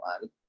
one